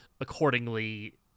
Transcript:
accordingly